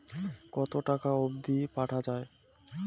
কতো টাকা অবধি পাঠা য়ায়?